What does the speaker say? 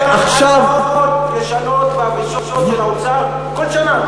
ועכשיו, לשנות את הדרישות של האוצר כל שנה.